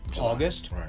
August